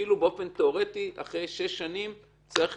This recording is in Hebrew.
שבאופן תיאורטי אחרי שש שנים צריך